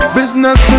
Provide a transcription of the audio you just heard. business